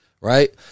Right